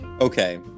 Okay